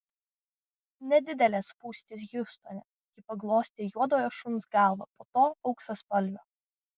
nedidelės spūstys hjustone ji paglostė juodojo šuns galvą po to auksaspalvio